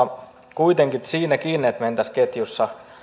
kuitenkin siinäkin että mentäisiin ketjussa